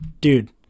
dude